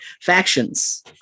Factions